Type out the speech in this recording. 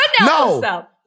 no